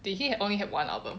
did he only have one album